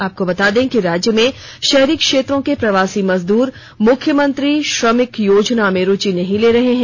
आपको बता दें कि राज्य में शहरी क्षेत्रों के प्रवासी मजदूर मुख्यमंत्री श्रमिक योजना में रूचि नहीं ले रहे हैं